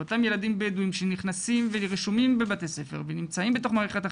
אותם ילדים בדואים שנכנסים ורשומים בבתי ספר ונמצאים בתוך מערכת החינוך,